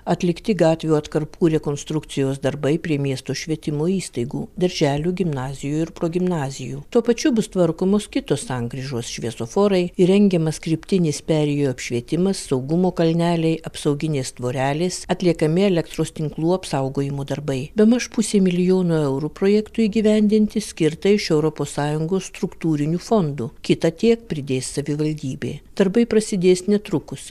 atlikti gatvių atkarpų rekonstrukcijos darbai prie miesto švietimo įstaigų darželių gimnazijų ir progimnazijų tuo pačiu bus tvarkomos kitos sankryžos šviesoforai įrengiamas kryptinis perėjų apšvietimas saugumo kalneliai apsauginės tvorelės atliekami elektros tinklų apsaugojimo darbai bemaž pusė milijono eurų projektui įgyvendinti skirta iš europos sąjungos struktūrinių fondų kita tiek pridės savivaldybė darbai prasidės netrukus